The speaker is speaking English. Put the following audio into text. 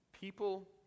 People